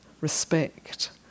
respect